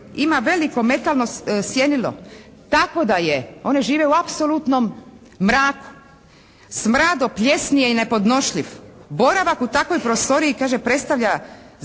ima veliko metalno sjenilo tako da je, one žive u apsolutnom mraku. Smrad od plijesni je nepodnošljiv, boravak u takvoj prostoriji, kaže, predstavlja opasnost